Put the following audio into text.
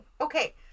okay